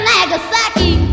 Nagasaki